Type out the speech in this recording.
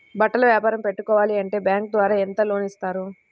బట్టలు వ్యాపారం పెట్టుకోవాలి అంటే బ్యాంకు ద్వారా ఎంత లోన్ ఇస్తారు?